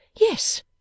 Yes